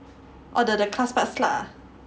oh the the class part slut ah